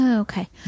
Okay